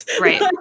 Right